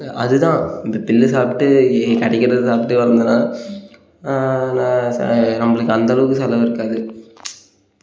அதுதான் இந்த புல்லு சாப்பிட்டு கிடைக்கிறத சாப்ட்டு வளர்ந்தனால ந ச நம்பளுக்கு அந்தளவுக்கு செலவு இருக்காது